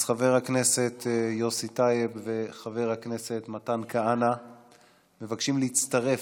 אז חבר הכנסת יוסי טייב וחבר הכנסת מתן כהנא מבקשים להצטרף,